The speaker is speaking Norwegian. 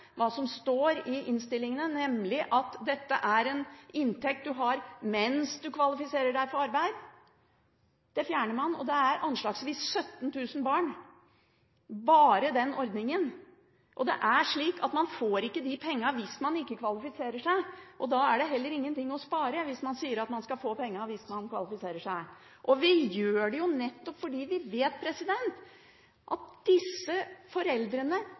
hva som står i innstillinga, nemlig at dette er en inntekt man har mens man kvalifiserer seg for arbeid. Den fjerner man. Det er anslagsvis 17 000 barn som er berørt bare i den ordningen, og det er slik at man ikke får de pengene hvis man ikke kvalifiserer seg. Da er det heller ingenting å spare hvis man sier at man skal få pengene hvis man kvalifiserer seg. Og vi gjør det nettopp fordi vi vet at disse foreldrene